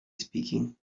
speaking